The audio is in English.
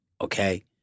Okay